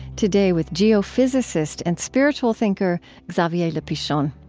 today, with geophysicist and spiritual thinker xavier le pichon.